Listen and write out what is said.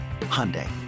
Hyundai